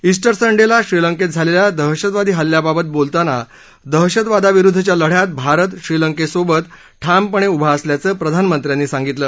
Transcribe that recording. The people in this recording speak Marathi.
उज्टर संडेला श्रीलंकेत झालेल्या दहशतवादी हल्ल्याबाबत बोलताना दहशतवादाविरूद्धच्या लढ्यात भारत श्रीलंकेसोबत ठामपणे उभा असल्याचं प्रधानमंत्र्यांनी सांगितलं